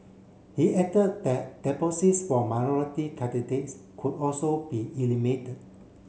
he added that deposits for minority candidates could also be eliminated